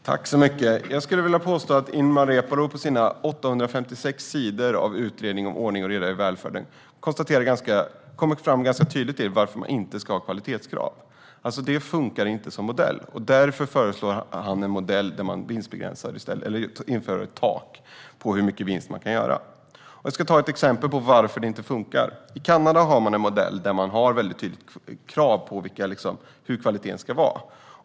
Herr talman! Jag vågar påstå att Ilmar Reepalu i sin 856 sidor långa utredning om ordning och reda i välfärden tydligt kommer fram till varför man inte ska ha kvalitetskrav. Det funkar inte som modell, och därför föreslår han i stället en modell där det införs ett tak på hur mycket vinst man kan göra. Låt mig ta ett exempel på varför det inte funkar. I Kanada har man en modell med tydliga krav på kvaliteten.